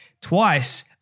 twice